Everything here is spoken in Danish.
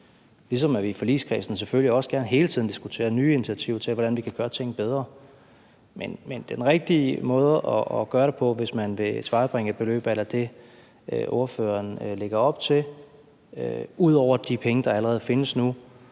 ligesom vi i forligskredsen selvfølgelig også gerne hele tiden diskuterer nye initiativer til, hvordan vi kan gøre ting bedre. Men den rigtige måde at gøre det på, hvis man vil tilvejebringe et beløb a la det, ordføreren lægger op til, ud over de penge, der allerede findes nu,